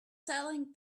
selling